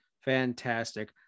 fantastic